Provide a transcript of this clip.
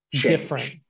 different